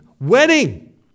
Wedding